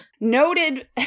Noted